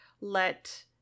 let